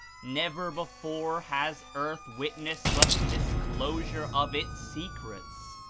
never before has earth witnessed such a disclosure of its secrets.